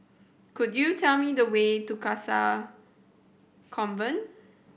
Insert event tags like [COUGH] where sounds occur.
could you tell me the way to [UNINTELLIGIBLE] Convent